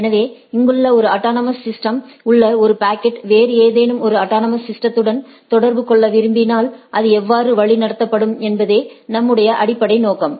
ஆகவே இங்குள்ள ஒரு அட்டானமஸ் சிஸ்டம்ஸ் உள்ள ஒரு பாக்கெட் வேறு ஏதேனும் ஒரு அட்டானமஸ் சிஸ்டதுடன் தொடர்பு கொள்ள விரும்பினால் அது எவ்வாறு வழிநடத்தப்படும் என்பதே நம்முடைய அடிப்படை நோக்கம்